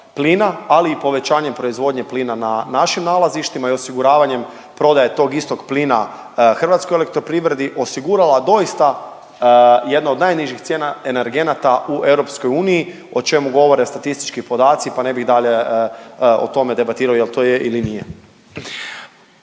ali i povećanjem proizvodnje plina na našim nalazištima i osiguravanjem prodaje tog istog plina HEP-u osigurala doista jedno od najnižih cijena energenata u EU, o čemu govore statistički podaci, pa ne bih dalje o tome debatirali jer to je ili nije.